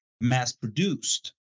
mass-produced